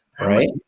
Right